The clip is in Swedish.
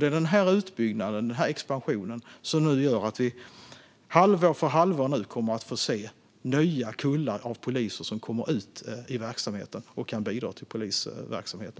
Det är den här utbyggnaden och expansionen som nu gör att vi halvår för halvår kommer att få se nya kullar av poliser som kommer ut i polisverksamheten och kan bidra